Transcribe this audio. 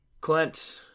Clint